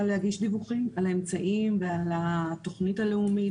הצעת החוק היא בסיס וצריך להרחיב אותה למקומות ולנושאים נוספים.